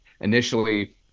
Initially